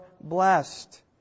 blessed